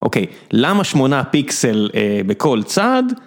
אוקיי, למה שמונה פיקסל בכל צד?